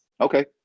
Okay